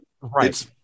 Right